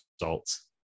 results